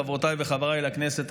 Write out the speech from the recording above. חברותיי וחבריי לכנסת,